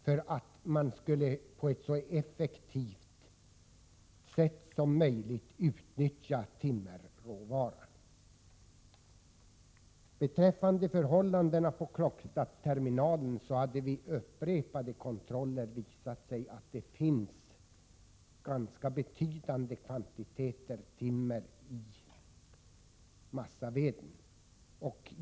På så sätt skulle man så effektivt som möjligt utnyttja timmerråvaran. Beträffande förhållandena på Klockstaterminalen har det vid upprepade kontroller visat sig att det finns ganska betydande kvantiteter timmer i massaveden.